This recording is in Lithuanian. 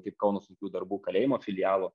kaip kauno sunkių darbų kalėjimo filialo